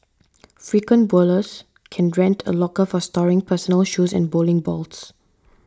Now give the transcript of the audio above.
frequent bowlers can rent a locker for storing personal shoes and bowling balls